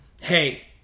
hey